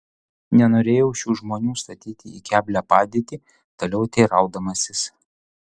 nenorėjau šių žmonių statyti į keblią padėtį toliau teiraudamasis